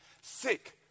sick